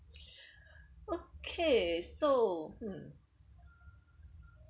okay so mm